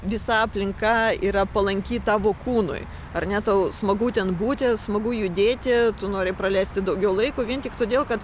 visa aplinka yra palanki tavo kūnui ar ne tau smagu ten būti smagu judėti tu nori praleisti daugiau laiko vien tik todėl kad